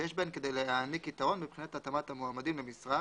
שיש בהן כדי להעניק יתרון בבחינת התאמת המועמדים למשרה,